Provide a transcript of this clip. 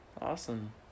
Awesome